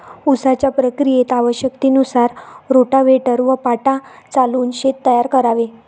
उसाच्या प्रक्रियेत आवश्यकतेनुसार रोटाव्हेटर व पाटा चालवून शेत तयार करावे